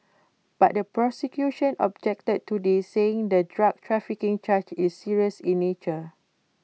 but the prosecution objected to this saying the drug trafficking charge is serious in nature